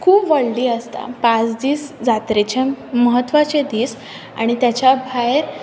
खूब व्हडली आसता पांच दीस जात्रेचे म्हत्वाचे दीस आनी तेच्या भायर